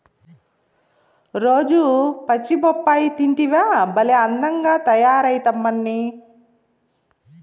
రోజూ పచ్చి బొప్పాయి తింటివా భలే అందంగా తయారైతమ్మన్నీ